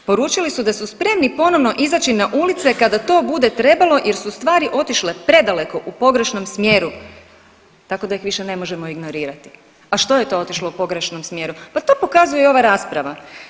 Poručili su da su spremni ponovno izaći na ulice kada to bude trebalo jer su stvari otišle predaleko u pogrešnom smjeru tako da ih više ne možemo ignorirati, a što je to otišlo u pogrešnom smjeru, pa to pokazuje i ova rasprava.